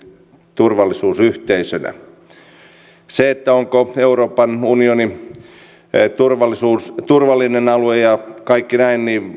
turvallisuusyhteisönä mitä tulee siihen onko euroopan unioni turvallinen alue ja näin niin